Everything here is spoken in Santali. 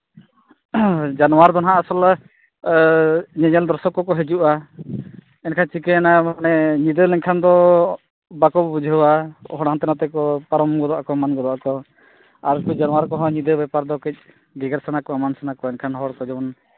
ᱡᱟᱱᱣᱟᱨ ᱫᱚ ᱦᱟᱸᱜ ᱟᱥᱚᱞᱮ ᱧᱮᱧᱮᱞ ᱫᱚᱨᱥᱚᱠ ᱠᱚᱠᱚ ᱦᱤᱡᱩᱜᱼᱟ ᱮᱱᱠᱷᱟᱱ ᱪᱤᱠᱟᱹᱭᱮᱱᱟ ᱢᱟᱱᱮ ᱧᱤᱫᱟᱹ ᱞᱮᱱᱠᱷᱟᱱ ᱫᱚ ᱵᱟᱠᱚ ᱵᱩᱡᱷᱟᱹᱣᱟ ᱦᱚᱲ ᱦᱟᱱᱛᱮ ᱱᱟᱛᱮ ᱠᱚ ᱯᱟᱨᱚᱢ ᱜᱚᱫᱚᱜ ᱟᱠᱚ ᱮᱢᱟᱱ ᱜᱚᱫᱚᱜ ᱟᱠᱚ ᱟᱨ ᱩᱱᱠᱩ ᱡᱟᱱᱣᱟᱨ ᱠᱚᱦᱚᱸ ᱧᱤᱫᱟᱹ ᱵᱮᱯᱟᱨ ᱫᱚ ᱠᱟᱹᱡ ᱜᱮᱜᱮᱨ ᱥᱟᱱᱟ ᱠᱚᱣᱟ ᱮᱢᱟᱱ ᱥᱟᱱᱟ ᱠᱚᱣᱟ ᱮᱱᱠᱷᱟᱱ ᱦᱚᱲ ᱠᱚ ᱡᱮᱢᱚᱱ